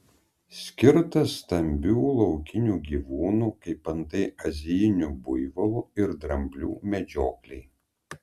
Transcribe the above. skirtas stambių laukinių gyvūnų kaip antai azijinių buivolų ir dramblių medžioklei